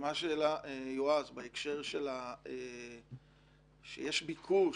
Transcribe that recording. ומה שהעלה יועז בהקשר שיש ביקוש,